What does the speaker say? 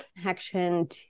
connection